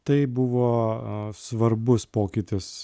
tai buvo a svarbus pokytis